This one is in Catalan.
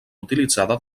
utilitzada